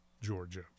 Georgia